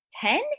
ten